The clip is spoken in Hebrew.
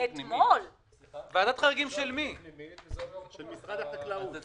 בוועדת החריגים של משרד החקלאות.